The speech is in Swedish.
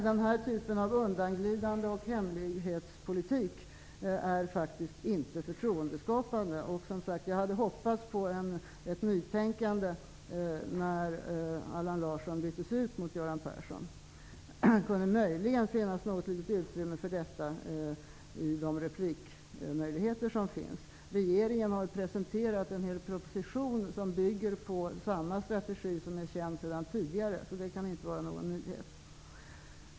Den här typen av undanglidande och hemlighetspolitik är faktiskt inte förtroendeskapande. Jag hade hoppats på ett nytänkande när Allan Larsson byttes ut mot Göran Persson. Det kan möjligen finnas ett litet utrymme för detta i de replikmöjligheter som finns. Regeringen har presenterat en hel proposition som bygger på den strategi som är känd sedan tidigare. Det kan inte vara någon nyhet.